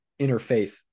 interfaith